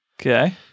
Okay